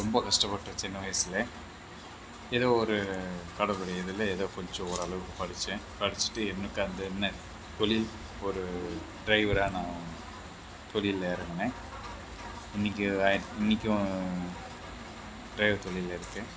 ரொம்ப கஷ்டப்பட்டேன் சின்ன வயசில் ஏதோ ஒரு கடவுள் இதில் ஏதோ கொஞ்சம் ஓரளவுக்கு படித்தேன் படிச்சுட்டு எனக்கு அந்த என்ன தொழில் ஒரு ட்ரைவராக நான் தொழிலில் இறங்குனேன் இன்னிக்கு இன்னிக்கும் ட்ரைவர் தொழிலில் இருக்கேன்